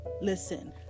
listen